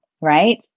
right